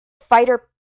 fighter